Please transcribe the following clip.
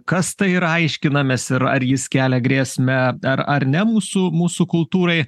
kas tai yra aiškinamės ir ar jis kelia grėsmę ar ar ne mūsų mūsų kultūrai